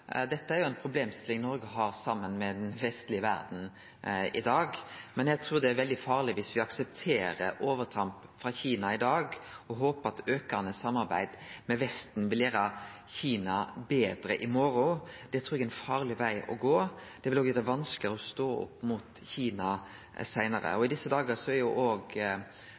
Dette er jo ei problemstilling Noreg har saman med den vestlege verda i dag. Men eg trur det er veldig farleg viss me aksepterer overtramp frå Kina i dag og håpar at aukande samarbeid med Vesten vil gjere Kina betre i morgon. Det trur eg er ein farleg veg å gå. Det vil òg gjere det vanskelegare å stå opp mot Kina seinare. I desse dagar er